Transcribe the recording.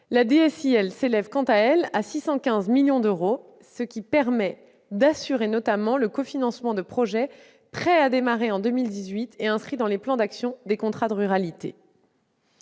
La DSIL se chiffre, quant à elle, à 615 millions d'euros, ce qui permet d'assurer notamment le cofinancement de projets prêts à démarrer en 2018 et inscrits dans les plans d'action des contrats de ruralité.